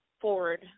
forward